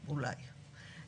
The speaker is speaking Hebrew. אולי מאות אלפים.